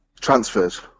transfers